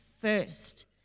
first